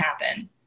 happen